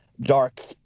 dark